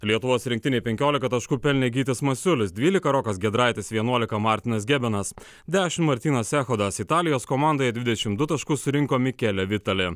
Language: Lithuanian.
lietuvos rinktinei penkioliką taškų pelnė gytis masiulis dvyliką rokas giedraitis vienuoliką martynas gedminas dešimt martynas echodas italijos komandoje dvidešimt du taškus surinko mikele vitali